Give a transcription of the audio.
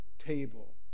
table